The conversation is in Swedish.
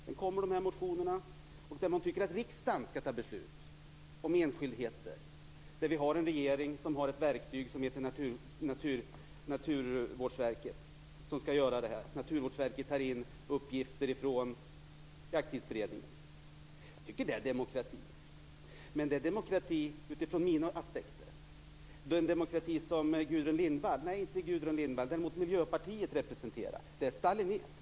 Sedan kommer de här motionerna där man tycker att riksdagen skall fatta beslut om enskildheter. Vi har en regering som har ett verktyg som heter Naturvårdsverket och som skall göra det här, och Naturvårdsverket tar in uppgifter från Jakttidsberedningen. Jag tycker att det är demokrati. Men det är demokrati utifrån mina aspekter. Den demokrati som Gudrun Lindvall - nej, inte Gudrun Lindvall men däremot Miljöpartiet - representerar, det är stalinism.